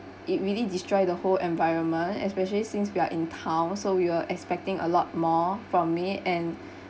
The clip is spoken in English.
it really destroy the whole environment especially since we are in town so we were expecting a lot more from me and